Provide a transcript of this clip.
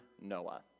Noah